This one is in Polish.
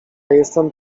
jestem